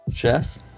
Chef